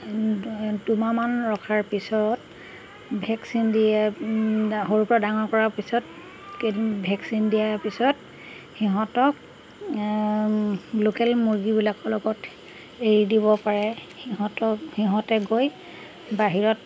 দুমাহমান ৰখাৰ পিছত ভেকচিন দিয়া সৰুৰপৰা ডাঙৰ কৰাৰ পিছত ভেকচিন দিয়াৰ পিছত সিহঁতক লোকেল মুৰ্গীবিলাকৰ লগত এৰি দিব পাৰে সিহঁতক সিহঁতে গৈ বাহিৰত